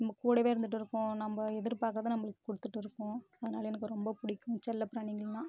நம்ம கூடவே இருந்துட்டு இருக்கும் நம்ம எதிர்பாக்கிறத நம்மளுக்கு கொடுத்துட்டு இருக்கும் அதனால் எனக்கு ரொம்ப பிடிக்கும் செல்லப் பிராணிகள்லாம்